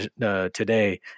today